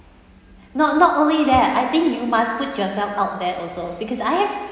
not not only that I think you must put yourself out there also because I have